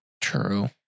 True